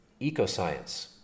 Ecoscience